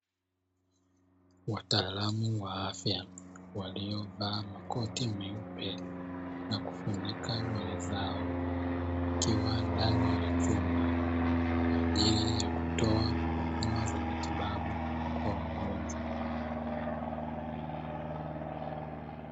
Wataalamu wa afya waliovalia Makoti meupe na kufunikwa nywele zao, wakiwa ndani ya chumba kwa ajili ya kutoa huduma za matibabu kwa wagonjwa.